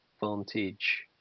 Vantage